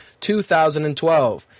2012